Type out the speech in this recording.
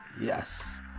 Yes